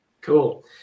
cool